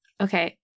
Okay